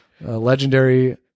legendary